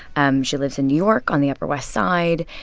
um she lives in new york on the upper west side.